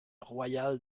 royale